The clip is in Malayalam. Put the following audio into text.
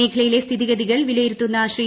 മേഖലയിലെ സ്ഥിതിഗതികൾ വിലയിരുത്തുന്ന ശ്രീ